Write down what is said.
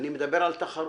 אני מדבר על תחרות.